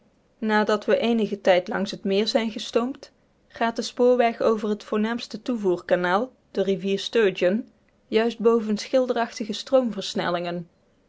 nadat we eenigen tijd langs het meer zijn gestoomd gaat de spoorweg over het voornaamste toevoerkanaal de rivier sturgeon juist boven schilderachtige stroomversnellingen